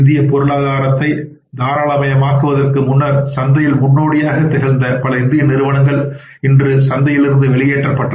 இந்தியப் பொருளாதாரத்தை தாராளமயமாக்குவதற்கு முன்னர் சந்தையில் முன்னோடியாக திகழ்ந்த பல இந்திய நிறுவனங்கள் இன்று சந்தையிலிருந்து வெளியேற்றப்பட்டனர்